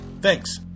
Thanks